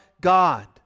God